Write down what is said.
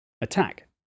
Attack